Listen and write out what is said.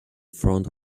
front